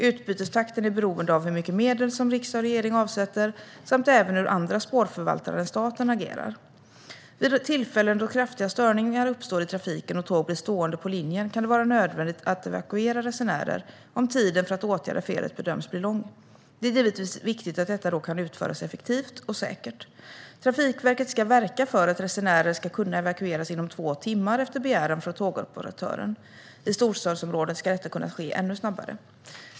Utbytestakten är beroende av hur mycket medel som riksdag och regering avsätter samt även hur andra spårförvaltare än staten agerar. Vid tillfällen då kraftiga störningar uppstår i trafiken och tåg blir stående på linjen kan det vara nödvändigt att evakuera resenärer om tiden för att åtgärda felet bedöms bli lång. Det är givetvis viktigt att detta då kan utföras effektivt och säkert. Trafikverket ska verka för att resenärer ska kunna evakueras inom två timmar efter begäran från tågoperatören. I storstadsområden ska detta kunna ske ännu snabbare.